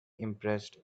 impressed